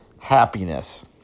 Happiness